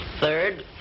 Third